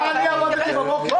מה עבדתי בבוקר?